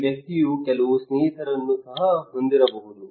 ಈ ವ್ಯಕ್ತಿಯು ಕೆಲವು ಸ್ನೇಹಿತರನ್ನು ಸಹ ಹೊಂದಿರಬಹುದು